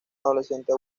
adolescente